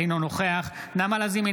אינו נוכח נעמה לזימי,